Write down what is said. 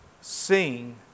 sing